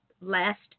Last